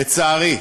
לצערי,